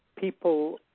People